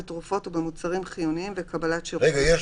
בתרופות ובמוצרים חיוניים וקבלת שירותים חיוניים," גם פה